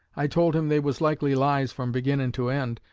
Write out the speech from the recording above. i told him they was likely lies from beginnin' to end,